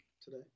today